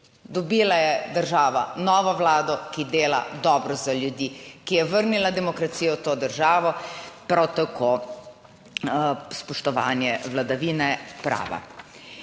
Dobila je država novo vlado, ki dela dobro za ljudi, ki je vrnila demokracijo v to državo, prav tako spoštovanje vladavine prava.